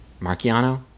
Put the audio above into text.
Marciano